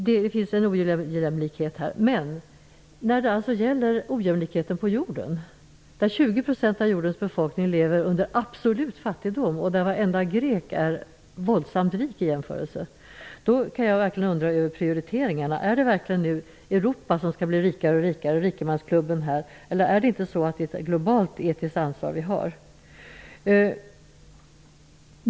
Men ser man till ojämlikheten på jorden är varenda grek våldsamt rik i jämförelse med de 20 % av jordens befolkning som lever under absolut fattigdom. Då kan jag verkligen undra över prioriteringarna. Är det verkligen Europa som nu skall bli rikare och rikare -- en rikemansklubb? Har vi inte ett globalt etiskt ansvar?